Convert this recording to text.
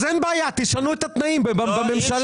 אז אין בעיה, תשנו את התנאים בממשלה.